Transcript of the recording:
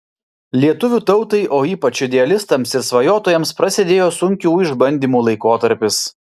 lietuvių tautai o ypač idealistams ir svajotojams prasidėjo sunkių išbandymų laikotarpis